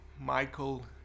michael